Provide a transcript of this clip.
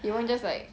he won't just like